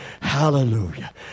hallelujah